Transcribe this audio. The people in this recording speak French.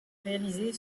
réalisée